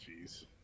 Jeez